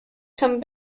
can